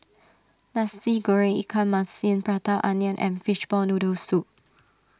Nasi Goreng Ikan Masin Prata Onion and Fishball Noodle Soup